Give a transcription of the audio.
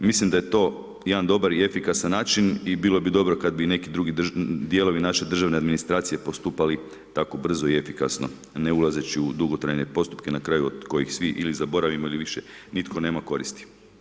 Mislim da je to jedan dobar i efikasan način i bilo bi dobro kad bi neki drugi dijelovi znači državne administracije postupali tako brzo i efikasno ne ulazeći u dugotrajne postupke na kraju od kojih svi ili zaboravimo ili više nitko nema koristi.